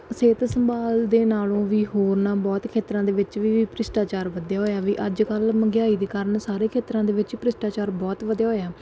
ਸਿਹਤ ਸੰਭਾਲ ਦੇ ਨਾਲੋਂ ਵੀ ਹੋਰਨਾਂ ਬਹੁਤ ਖੇਤਰਾਂ ਦੇ ਵਿੱਚ ਵੀ ਭ੍ਰਿਸ਼ਟਾਚਾਰ ਵਧਿਆ ਹੋਇਆ ਵੀ ਅੱਜ ਕੱਲ੍ਹ ਮਹਿੰਗਾਈ ਦੇ ਕਾਰਨ ਸਾਰੇ ਖੇਤਰਾਂ ਦੇ ਵਿੱਚ ਭ੍ਰਿਸ਼ਟਾਚਾਰ ਬਹੁਤ ਵਧਿਆ ਹੋਇਆ